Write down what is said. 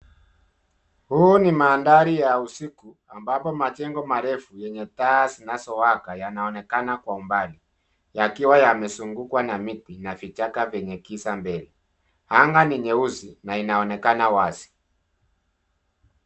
Huu ni mandhari ya usiku ambapo majengo marefu yenye taa zinazowaka yanaonekana kwa umbali yakiwa yamezungukwa na miti na vichaka vyenye giza mbele. Anga ni nyeusi na inaonekana wazi.